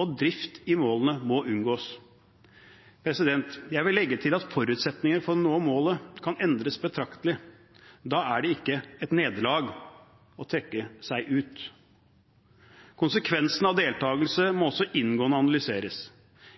og drift i målene må unngås. Jeg vil legge til at forutsetningen for å nå målet kan endres betraktelig. Da er det ikke et nederlag å trekke seg ut. Konsekvensen av deltakelse må også inngående analyseres.